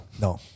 No